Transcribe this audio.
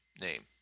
name